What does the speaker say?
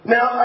Now